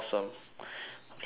okay so